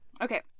Okay